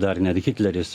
dar net hitleris